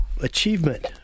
achievement